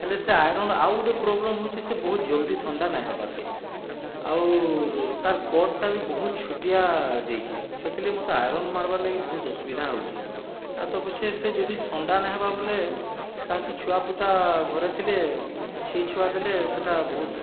ହେଲେ ସେ ଆଇରନ୍ ଆଉ ଗୋଟିଏ ପ୍ରୋବ୍ଲେମ ହେଉଛି ସେ ବହୁତ ଜଲ୍ଦି ଥଣ୍ଡା ନାଇ ହେବାରକେ ଆଉରୁ ତାର କର୍ଡ଼ଟାବି ବହୁତ ଛୋଟିଆ ଦେଇଛେ ସେଥିଲାଗି ମୋତେ ଆଇରନ୍ ମାର୍ବା ଲାଗି ବହୁତ ଅସୁବିଧା ହେଉଛି ଆଉ ତାପଛେ ସେ ଯଦି ଥଣ୍ଡା ନାଇ ହେବା ବୋଲେ ତାହାକି ଛୁଆ ପୁତା ଘରେ ଥିଲେ ଛି ଚୁଆଁ ଦେଲେ ସେହିଟା ବହୁତ